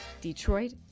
Detroit